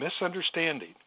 misunderstanding